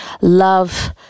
love